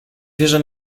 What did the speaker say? wierzę